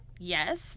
Yes